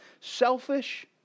selfish